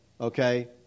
okay